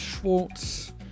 Schwartz